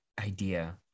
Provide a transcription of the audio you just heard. idea